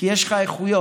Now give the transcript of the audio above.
כי יש לך איכויות,